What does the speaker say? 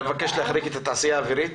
אתה מבקש להחריג את התעשייה האווירית?